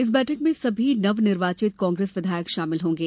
इस बैठक में सभी नवनिर्वाचीत कांग्रेस विधायक शामिल होंगे